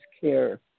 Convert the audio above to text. care